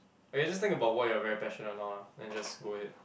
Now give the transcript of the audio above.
okay just think about what you are very passionate now lah then just go ahead